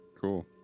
Cool